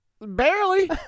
Barely